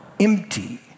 empty